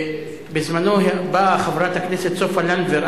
בזמנה באה חברת הכנסת סופה לנדבר,